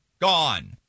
Gone